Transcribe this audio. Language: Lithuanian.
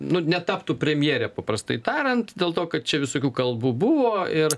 nu netaptų premjerė paprastai tariant dėl to kad čia visokių kalbų buvo ir